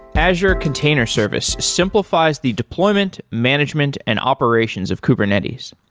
azure container service simplifies the deployment, management and operations of kubernetes.